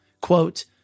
quote